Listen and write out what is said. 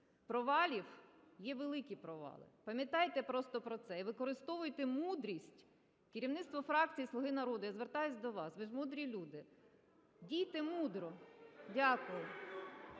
провалів є великі провали. Пам'ятайте просто про це і використовуйте мудрість. Керівництво фракції "Слуга народу", я звертаюся до вас, ви ж мудрі люди, дійте мудро. Дякую.